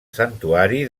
santuari